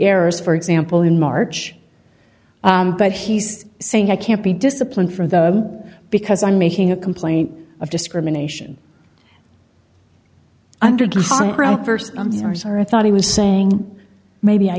errors for example in march but he's saying i can't be disciplined for the because i'm making a complaint of discrimination under the st i thought he was saying maybe i